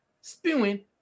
spewing